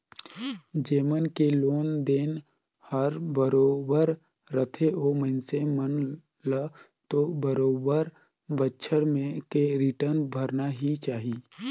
जेमन के लोन देन हर बरोबर रथे ओ मइनसे मन ल तो बरोबर बच्छर में के रिटर्न भरना ही चाही